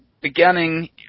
beginning